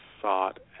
sought